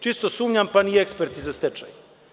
Čisto sumnjam, pa ni eksperti za stečaj.